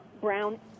brown